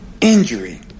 injury